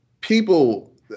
people